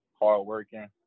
hardworking